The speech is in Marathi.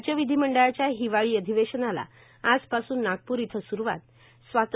राज्य विधीमंडळाच्या हिवाळी अधिवेशनाला आजपासून नागपूर इथं सुरूवात